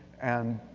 and